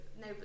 No